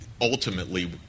ultimately